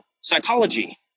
psychology